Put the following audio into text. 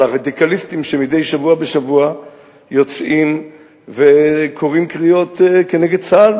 הרדיקליסטים שמדי שבוע בשבוע יוצאים וקוראים קריאות נגד צה"ל,